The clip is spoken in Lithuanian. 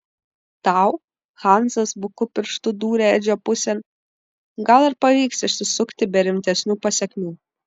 tau hansas buku pirštu dūrė edžio pusėn gal ir pavyks išsisukti be rimtesnių pasekmių